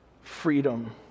freedom